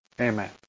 Amen